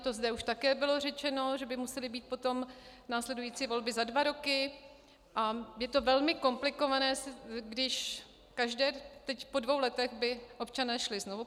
To zde už také bylo řečeno, že by musely být potom následující volby za dva roky, a je to velmi komplikované, když teď po dvou letech by občané šli znovu k volbám.